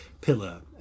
pillar